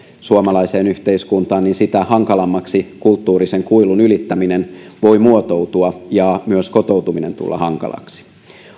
suomalaiseen yhteiskuntaan sitä hankalammaksi kulttuurisen kuilun ylittäminen voi muotoutua ja myös kotoutuminen voi tulla hankalaksi